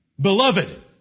Beloved